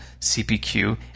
CPQ